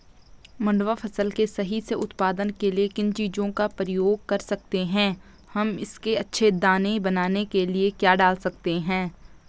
मंडुवा फसल के सही से उत्पादन के लिए किन चीज़ों का प्रयोग कर सकते हैं हम इसके अच्छे दाने बनाने के लिए क्या डाल सकते हैं?